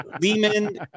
Lehman